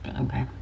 okay